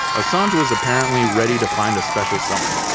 assange was apparently ready to find a special someone.